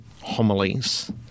homilies